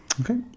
Okay